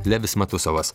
levis matusavas